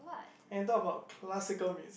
can talk about classical music